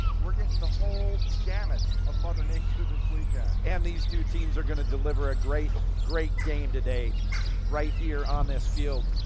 we are getting the whole gammit of mother nature this weekend. and these two teams are going to deliver a great great game today right here on this field.